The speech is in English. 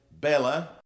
Bella